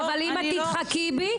אבל אם תדחקי בי,